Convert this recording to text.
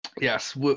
Yes